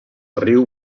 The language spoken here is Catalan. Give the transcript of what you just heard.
riu